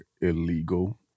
illegal